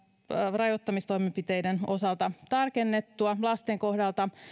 rajoittamistoimenpiteiden osalta lasten kohdalta